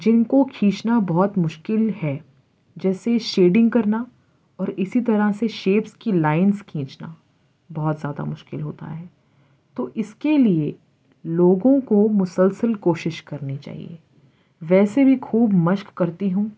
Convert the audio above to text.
جن کو کھینچنا بہت مشکل ہے جیسے شیڈنگ کرنا اور اسی طرح سے شیپس کی لائنس کھینچنا بہت زیادہ مشکل ہوتا ہے تو اس کے لیے لوگوں کو مسلسل کوشش کرنی چاہیے ویسے بھی خوب مشق کرتی ہوں